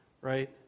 right